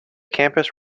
campus